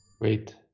Wait